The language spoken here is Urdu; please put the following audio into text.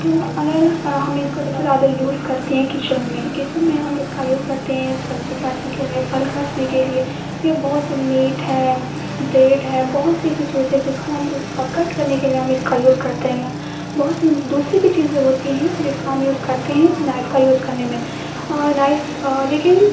تو اگر ہم اس کا سب سے زیادہ یوز کرتے ہیں کچن میں کچن میں ہم اس کا یوز کرتے ہیں سبزی کاٹنے کے لیے پھل کاٹنے کے لیے یا بہت سے میٹ ہے بریڈ ہے بہت سی ایسی چیز ہے جس کو ہم کٹ کرنے لیے ہم اس کا یوز کرتے ہیں یا بہت سی دوسری بھی چیزیں ہوتی ہیں جس کا ہم یوز کرتے ہیں نائف کا یوز کرنے میں نائف لیکن